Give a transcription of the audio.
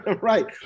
Right